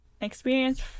experience